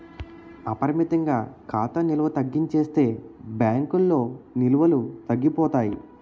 అపరిమితంగా ఖాతా నిల్వ తగ్గించేస్తే బ్యాంకుల్లో నిల్వలు తగ్గిపోతాయి